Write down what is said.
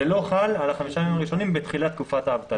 זה לא חל על החמישה ימים הראשונים בתחילת תקופת האבטלה.